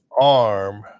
arm